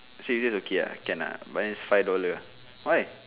so you just okay ah can lah but then is five dollar why